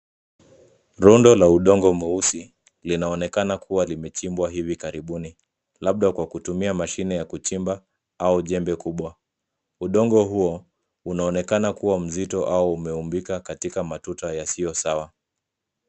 Rundu la udongo mweusi linaonekana kuwa limechimpwa hivi karibuni labda kwa kutumia mashine ya kuchimpa au jembe kubwa, udongo huo uonekana kuwa mzito au umeumbika katika matuta yasio sawa.